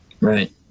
right